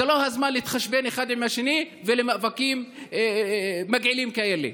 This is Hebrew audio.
זה לא הזמן להתחשבן אחד עם השני ולמאבקים מגעילים כאלה.